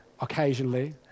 Occasionally